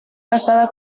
casada